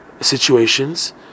situations